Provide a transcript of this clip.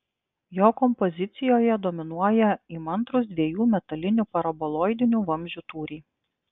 jo kompozicijoje dominuoja įmantrūs dviejų metalinių paraboloidinių vamzdžių tūriai